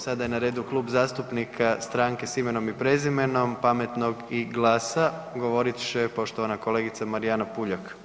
Sada je na redu Kluba zastupnika Stranke s imenom i prezimenom, Pametno i GLAS-a, govorit će poštovana kolegica Marijana Puljak.